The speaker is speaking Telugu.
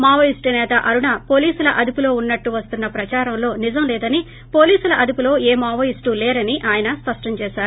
మావోయిస్టు సేత అరుణ పోలీసుల అదుపులో ఉన్నట్లు వస్తున్న ప్రదారంలో నిజం లేదని పోలీసుల అదుపులో ఏ మావోయిస్టు లేరని ఆయన స్పష్టం చేశారు